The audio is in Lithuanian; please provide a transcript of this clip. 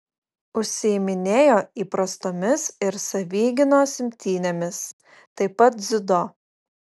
užsiiminėjo įprastomis ir savigynos imtynėmis taip pat dziudo